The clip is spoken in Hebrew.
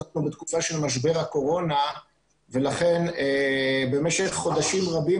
אנחנו בתקופה של משבר הקורונה ולכן במשך חודשים רבים